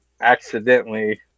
accidentally